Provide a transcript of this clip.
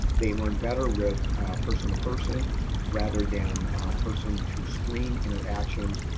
they learn better with person to person rather than person to screen interactions.